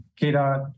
KDOT